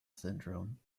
syndrome